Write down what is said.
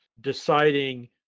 deciding